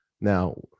Now